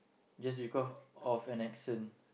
just because of an accent